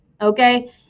okay